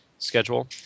schedule